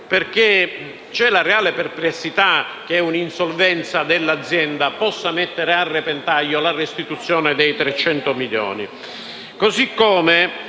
perché c'è la reale perplessità che un'insolvenza dell'azienda possa mettere a repentaglio la restituzione dei 300 milioni.